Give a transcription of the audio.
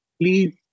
please